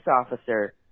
officer